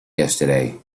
yesterday